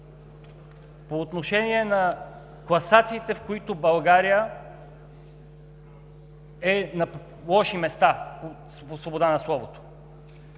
по отношение на класациите, в които България е на лоши места по свобода на словото.